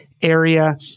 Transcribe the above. area